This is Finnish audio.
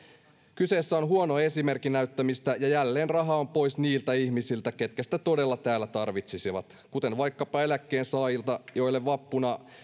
kyse on huonon esimerkin näyttämisestä ja jälleen raha on pois niiltä ihmisiltä ketkä sitä todella täällä tarvitsisivat kuten vaikkapa eläkkeensaajilta joille